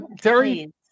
Terry